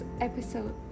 episode